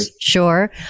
sure